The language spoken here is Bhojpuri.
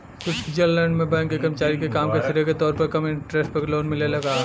स्वीट्जरलैंड में बैंक के कर्मचारी के काम के श्रेय के तौर पर कम इंटरेस्ट पर लोन मिलेला का?